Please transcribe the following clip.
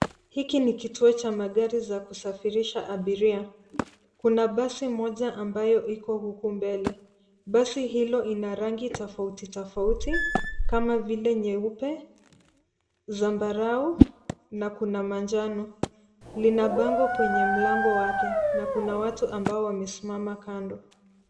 Hiki ni kituo cha magari za kusafirisha abiria. Kuna basi moja ambayo iko huku mbele. Basi hilo ina rangi tofauti tofauti, kama vile nyeupe, zambarau, na kuna manjano. Lina bango kwenye mlango wake, na kuna watu ambao wamesimama kando.